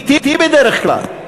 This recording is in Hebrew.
היא אתי בדרך כלל,